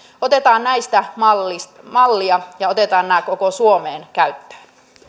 otetaan näistä mallia mallia ja otetaan nämä koko suomeen käyttöön